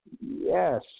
Yes